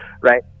right